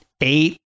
eight